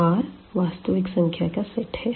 R वास्तविक संख्या का सेट है